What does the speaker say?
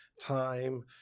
time